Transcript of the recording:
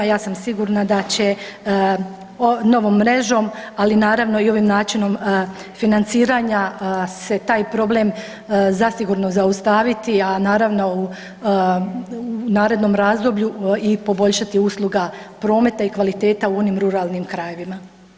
Ja sam sigurna da će novom mrežom, ali naravno i ovim načinom financiranja se taj problem zasigurno zaustaviti, a naravno u narednom razdoblju i poboljšati usluga prometa i kvaliteta u onim ruralnim krajevima.